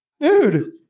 dude